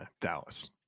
Dallas